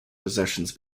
possessions